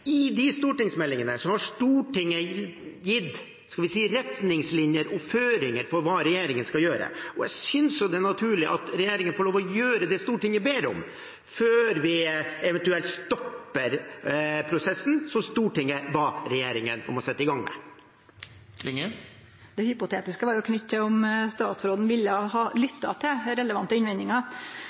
I forbindelse med de stortingsmeldingene har Stortinget gitt, skal vi si, retningslinjer og føringer for hva regjeringen skal gjøre, og jeg synes det er naturlig at regjeringen får lov til å gjøre det Stortinget ber om, før vi eventuelt stopper prosessen som Stortinget ba regjeringen om å sette i gang med. Det hypotetiske var jo knytt til om statsråden ville ha lytta til relevante